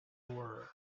were